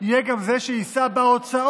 יהיה גם זה שיישא בהוצאות